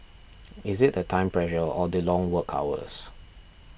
is it the time pressure or the long work hours